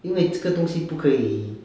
因为这个东西不可以